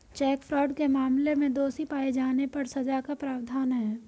check fraud के मामले में दोषी पाए जाने पर सजा का प्रावधान है